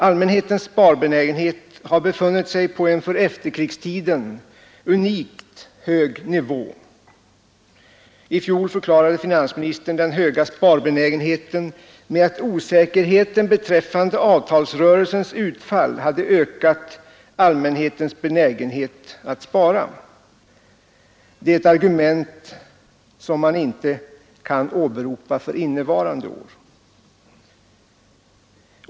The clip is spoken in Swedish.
Allmänhetens sparbenägenhet har befunnit sig på en för efterkrigstiden unikt hög nivå. I fjol förklarade finansministern den höga sparbenägenheten med att osäkerheten beträffande avtalsrörelsens utfall hade ökat allmänhetens benägenhet att spara. Det är ett argument som man inte kan åberopa för innevarande år.